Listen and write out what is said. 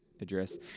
address